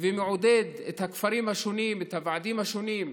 ומעודד את הכפרים השונים, את הוועדים השונים,